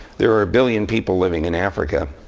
there are a billion people living in africa,